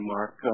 Mark